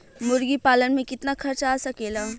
मुर्गी पालन में कितना खर्च आ सकेला?